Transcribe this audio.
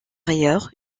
ailleurs